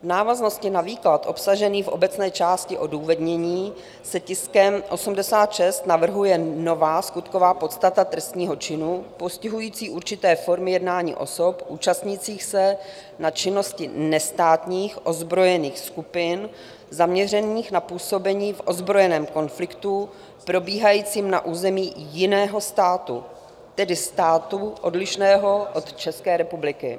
V návaznosti na výklad obsažený v obecné části odůvodnění se tiskem 86 navrhuje nová skutková podstata trestného činu postihující určité formy jednání osob účastnících se na činnosti nestátních ozbrojených skupin zaměřených na působení v ozbrojeném konfliktu probíhajícím na území jiného státu, tedy státu odlišného od České republiky.